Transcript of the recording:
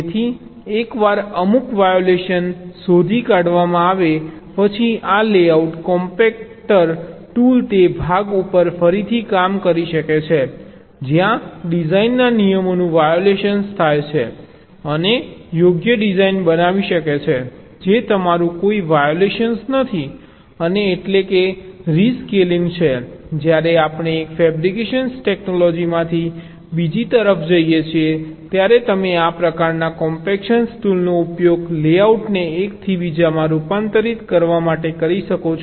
તેથી એકવાર અમુક વાયોલેશન શોધી કાઢવામાં આવે પછી આ લેઆઉટ કોમ્પેક્ટર ટૂલ તે ભાગ ઉપર ફરીથી કામ કરી શકે છે જ્યાં ડિઝાઇનના નિયમોનું વાયોલેશન થાય છે અને યોગ્ય ડિઝાઇન બનાવી શકે છે જે તમારું કોઈ વાયોલેશન નથી અને એટલેકે રિસ્કેલિંગ છે જ્યારે આપણે એક ફેબ્રિકેશન ટેક્નોલોજીમાંથી બીજી તરફ જઈએ છીએ ત્યારે તમે આ પ્રકારના કોમ્પેક્શન ટૂલનો ઉપયોગ લેઆઉટને એકથી બીજામાં રૂપાંતરિત કરવા માટે કરી શકો છો